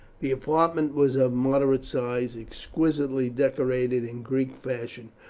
the apartment was of moderate size, exquisitely decorated in greek fashion.